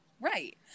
Right